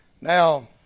Now